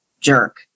jerk